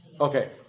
Okay